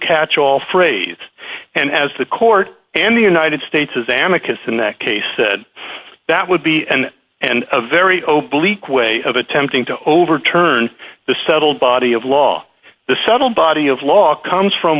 catch all phrase and as the court and the united states's amick is in that case said that would be an and a very open leak way of attempting to overturn the settled body of law the subtle body of law comes from